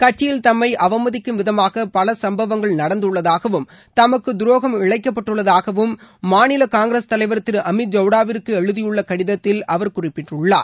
கட்சியில் தம்மை அவமதிக்கும் விதமாக பல சம்பவங்கள் நடந்துள்ளதாகவும் தமக்கு துரோகம் இழைக்கப்பட்டுள்ளதாகவும் மாநில காங்கிரஸ் தலைவர் திரு அமித் ஜவுடாவிற்கு எழுதியுள்ள கடிதத்தில் அவர் குறிப்பிட்டுள்ளார்